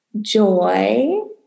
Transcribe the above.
joy